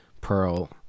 pearl